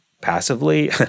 passively